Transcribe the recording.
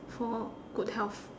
for good health